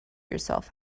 yourself